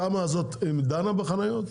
התמ"א הזאת דנה בחניות?